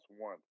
one